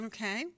Okay